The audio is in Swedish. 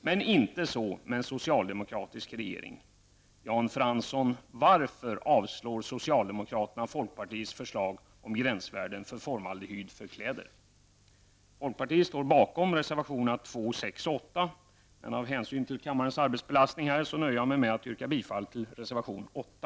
Men inte så med en socialdemokratisk regering. Jan Fransson, varför avstyrker socialdemokraterna folkpartiets förslag om gränsvärden för formaldehyd för kläder? Folkpartiet står bakom reservationerna 2, 6 och 8, men av hänsyn till kammarens arbetsbelastning nöjer jag mig med att yrka bifall till reservation 8.